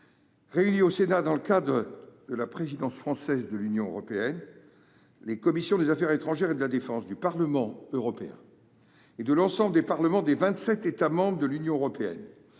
réunie au Sénat dans le cadre de la présidence française du Conseil de l'Union européenne, les commissions des affaires étrangères et de la défense du Parlement européen et de l'ensemble des parlements des vingt-sept États membres de l'Union européenne